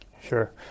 Sure